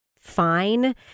fine